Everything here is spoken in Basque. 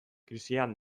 krisian